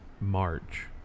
March